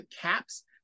caps